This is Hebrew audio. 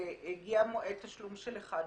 והגיע מועד תשלום של אחד מהם,